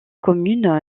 commune